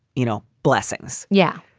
you know, blessings. yeah.